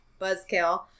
buzzkill